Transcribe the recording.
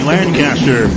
Lancaster